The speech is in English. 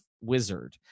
wizard